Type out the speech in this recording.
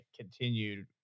continued